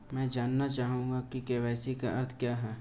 मैं जानना चाहूंगा कि के.वाई.सी का अर्थ क्या है?